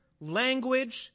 language